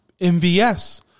MVS